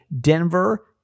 Denver